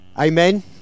Amen